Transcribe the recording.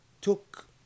took